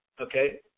Okay